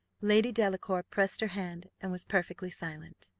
lady delacour pressed her hand, and was perfectly silent.